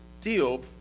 deal